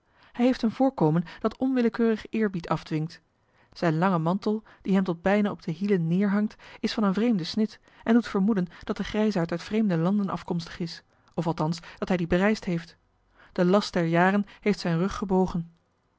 hij heeft een voorkomen dat onwillekeurig eerbied afdwingt zijn lange mantel die hem tot bijna op de hielen neerhangt is van een vreemden snit en doet vermoeden dat de grijsaard uit vreemde landen afkomstig is of althans dat hij die bereisd heeft de last der jaren heeft zijn rug gebogen